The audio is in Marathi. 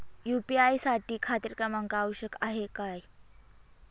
यू.पी.आय साठी खाते क्रमांक आवश्यक आहे का?